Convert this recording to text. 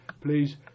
please